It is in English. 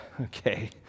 okay